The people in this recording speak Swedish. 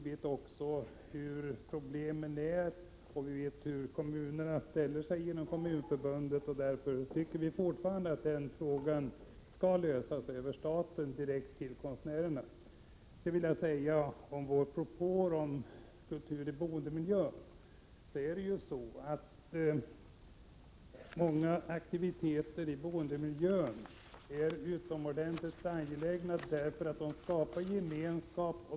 Vi vet vilka problemen är, och vi vet hur kommunerna genom Kommunförbundet ställer sig. Därför tycker vi fortfarande att den frågan skall lösas genom att staten betalar ersättningen direkt till konstnärerna. När det gäller vår propå om kultur i boendemiljön vill jag säga att många aktiviteter i boendemiljön är utomordentligt angelägna därför att de skapar gemenskap.